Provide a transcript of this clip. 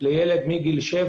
לילד מגיל 7